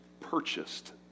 purchased